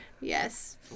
yes